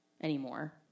anymore